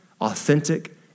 authentic